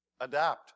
Adapt